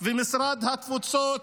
ומשרד התפוצות,